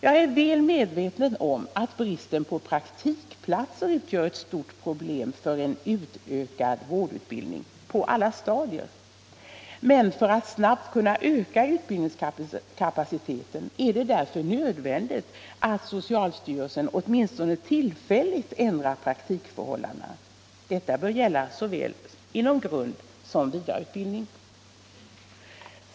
Jag är väl medveten om att bristen på praktikplatser utgör ett stort problem för en utökad vårdutbildning på alla stadier. För att snabbt kunna öka utbildningskapaciteten är det därför nödvändigt att socialstyrelsen åtminstone tillfälligt ändrar praktikförhållandena. Detta bör gälla inom såväl grund som vidareutbildningen.